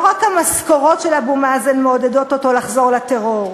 לא רק המשכורות של אבו מאזן מעודדות אותו לחזור לטרור.